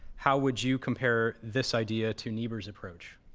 how would you compare this idea to niebuhr's approach?